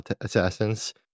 Assassins